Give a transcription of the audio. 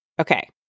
Okay